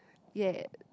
ya